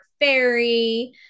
fairy